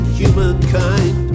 humankind